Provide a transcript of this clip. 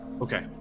Okay